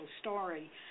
story